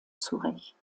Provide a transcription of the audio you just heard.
zurecht